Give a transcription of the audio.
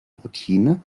routine